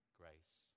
grace